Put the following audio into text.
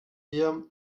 wir